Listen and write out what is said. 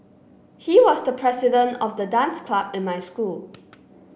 he was the president of the dance club in my school